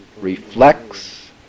reflects